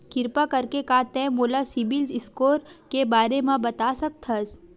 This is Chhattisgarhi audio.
किरपा करके का तै मोला सीबिल स्कोर के बारे माँ बता सकथस?